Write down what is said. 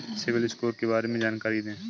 CIBIL score के बारे में जानकारी दें?